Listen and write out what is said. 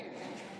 כן.